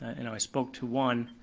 and i spoke to one,